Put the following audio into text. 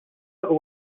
ġodda